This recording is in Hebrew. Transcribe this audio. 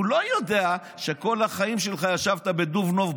הוא לא יודע שכל החיים שלך ישבת בדובנוב,